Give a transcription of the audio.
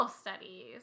Studies